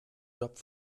job